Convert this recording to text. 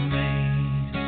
made